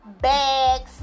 bags